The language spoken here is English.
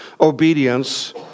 obedience